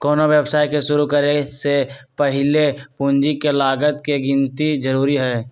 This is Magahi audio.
कोनो व्यवसाय के शुरु करे से पहीले पूंजी के लागत के गिन्ती जरूरी हइ